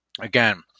again